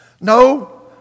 No